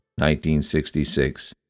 1966